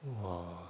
!wah!